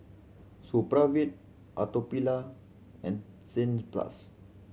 Supravit Atopiclair and plus